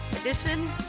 edition